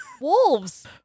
Wolves